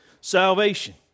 salvation